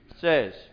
says